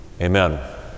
amen